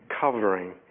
covering